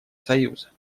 союза